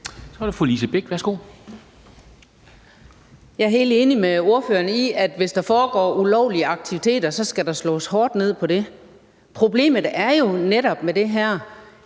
Kl. 10:26 Lise Bech (DF): Jeg er helt enig med ordføreren i, at hvis der foregår ulovlige aktiviteter, skal der slås hårdt ned på det. Problemet med det her